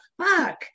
Fuck